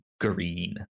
green